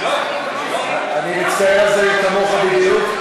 אני מצטער על זה כמוך בדיוק.